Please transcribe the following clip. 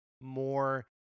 more